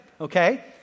okay